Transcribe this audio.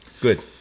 good